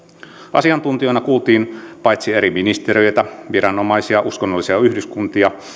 asiantuntijoina kuultiin eri ministeriöitä ja viranomaisia uskonnollisia yhdyskuntia